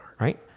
Right